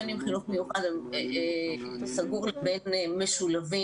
בין אם חינוך מיוחד סגור לבין משולבים.